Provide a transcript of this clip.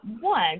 One